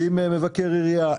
מבקר עירייה,